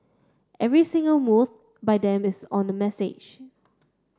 every single move by them is on the message